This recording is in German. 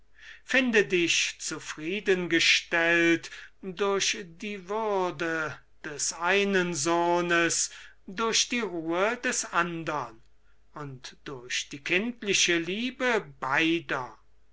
finde dich zufriedengestellt durch die würde des einen sohnes durch die ruhe des andern und durch die kindliche liebe beider